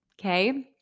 Okay